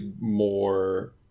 more